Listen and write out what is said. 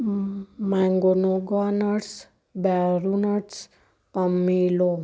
mango ਨੋ ਗੋਨਟਸ ਬੈਰੂ ਨਟਸ ਪੰਮੀਲੋ